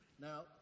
Now